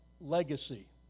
legacy